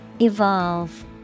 Evolve